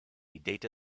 data